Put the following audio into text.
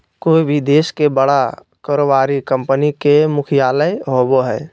कोय भी देश के बड़ा कारोबारी कंपनी के मुख्यालय होबो हइ